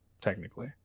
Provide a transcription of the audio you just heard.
technically